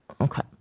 Okay